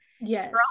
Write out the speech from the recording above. Yes